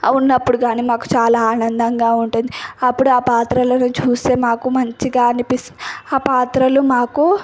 ఉన్నప్పుడు కానీ మాకు చాలా ఆనందంగా ఉంటుంది అప్పుడు ఆ పాత్రలో చూస్తే మాకు మంచిగా అనిపిస్తే ఆ పాత్రలు మాకు